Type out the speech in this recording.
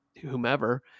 whomever